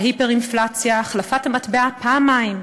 ההיפר-אינפלציה, החלפת המטבע פעמיים,